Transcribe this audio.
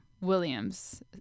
Williams